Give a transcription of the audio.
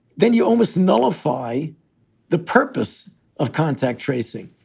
then you almost nullify the purpose of contact tracing.